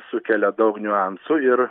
sukelia daug niuansų ir